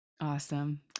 Awesome